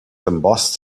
embossed